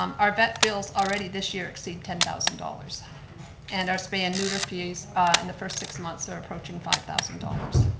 um our vet bills already this year exceed ten thousand dollars and our spay and neuter fees in the first six months are approaching five thousand dollars.